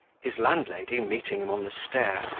his landlady, meeting him on the stair,